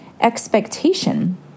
expectation